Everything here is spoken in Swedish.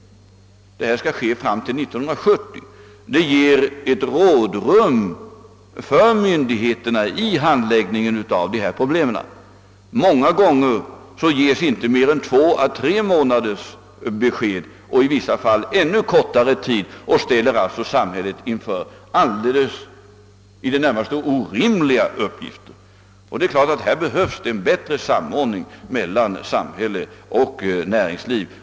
Omläggningen skall ske fram till 1970, och det ger rådrum för myndigheterna vid handläggningen av dessa problem. Många gånger lämnas inte besked förrän bara två å tre månader återstår och i vissa fall ännu kortare tid. Det ställer samhället inför i det närmaste orimliga uppgifter. Här behövs det naturligtvis en bättre samordning mellan samhälle och näringsliv.